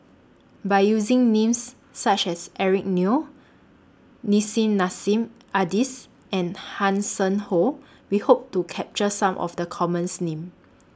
By using Names such as Eric Neo Nissim Nassim Adis and Hanson Ho We Hope to capture Some of The commons name